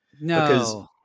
No